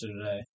today